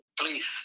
Please